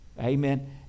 Amen